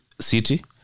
City